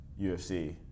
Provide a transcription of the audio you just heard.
ufc